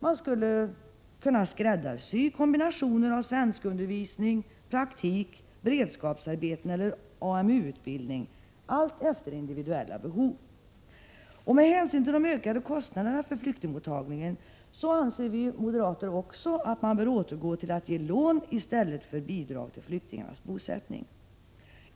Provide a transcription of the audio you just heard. Man skulle med andra ord kunna ”skräddarsy” kombinationer av svenskundervisning, praktik, beredskapsarbeten eller AMU-utbildning, allt efter individuella behov. Med hänsyn till de ökade kostnaderna för flyktingmottagningen bör man också återgå till att ge 13 lån i stället för bidrag till flyktingarnas bosättning.